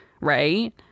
right